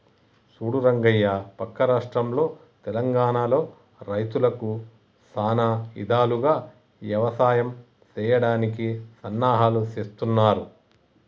సూడు రంగయ్య పక్క రాష్ట్రంలో తెలంగానలో రైతులకు సానా ఇధాలుగా యవసాయం సెయ్యడానికి సన్నాహాలు సేస్తున్నారు